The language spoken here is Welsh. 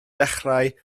dechrau